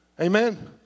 Amen